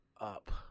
up